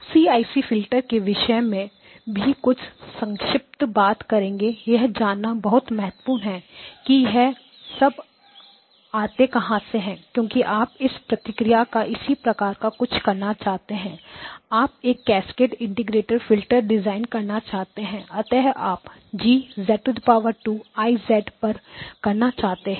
CIC filter के विषय में भी कुछ संक्षिप्त बात करेंगे यह जानना बहुत महत्वपूर्ण है कि यह सब आते कहां से हैं क्योंकि आप इस प्रकृति का इसी प्रकार का कुछ करना चाहते हैं आप एक कैस्केड इंटीग्रेटेड फिल्टर डिजाइन करना चाहते हैं अतः आप G I पर करना चाहते हैं